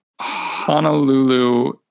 Honolulu